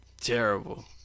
terrible